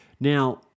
Now